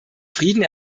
frieden